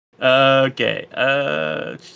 okay